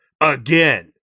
again